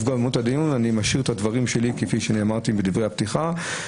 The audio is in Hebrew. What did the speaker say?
אני משאיר את הדברים שלי כפי שאני אמרתי בדברי הפתיחה.